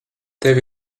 tev